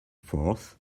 fourth